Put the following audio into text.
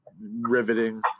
riveting